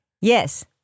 Yes